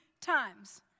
times